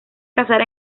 cazar